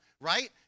right